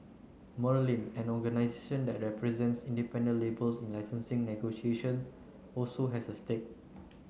Merlin an organisation that represents independent labels in licensing negotiations also has a stake